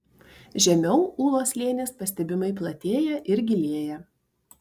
žemiau ūlos slėnis pastebimai platėja ir gilėja